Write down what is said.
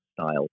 style